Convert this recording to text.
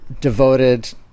devoted